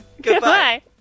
Goodbye